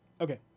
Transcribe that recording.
okay